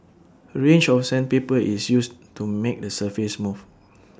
A range of sandpaper is used to make the surface smooth